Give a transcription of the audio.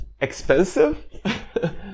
expensive